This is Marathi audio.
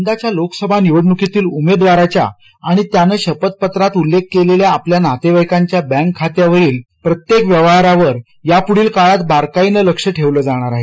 यंदाच्या लोकसभा निवडणुकीतील उमेदवाराच्या आणि त्यानं शपथपत्रात उल्लेख केलेल्या आपल्या नातेवाईकाच्या बँक खात्यावरील प्रत्येक व्यवहारावर यापुढील काळात बारकाईनं लक्ष ठेवलं जाणार आहे